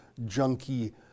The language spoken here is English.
junky